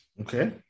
Okay